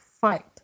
fight